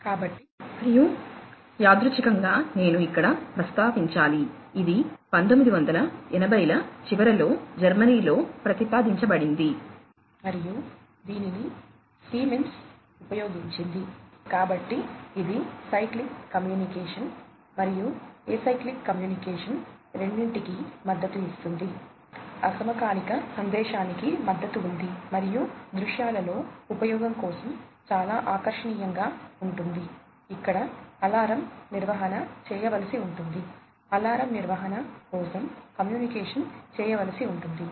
కాబట్టి మరియు యాదృచ్ఛికంగా నేను ఇక్కడ ప్రస్తావించాలి ఇది 1980 ల చివరలో జర్మనీలో ప్రతిపాదించబడింది మరియు దీనిని సిమెన్స్ నిర్వహణ చేయవలసి ఉంటుంది అలారం నిర్వహణ కోసం కమ్యూనికేషన్ చేయవలసి ఉంటుంది